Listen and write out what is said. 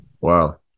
Wow